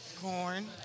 Corn